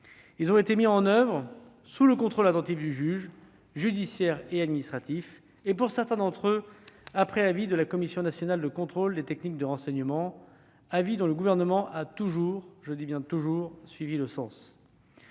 Ils ont été mis en oeuvre sous le contrôle attentif du juge judiciaire et administratif et, pour certains d'entre eux, après avis de la Commission nationale de contrôle des techniques de renseignement, avis que le Gouvernement a toujours- j'y insiste -suivis.